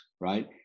right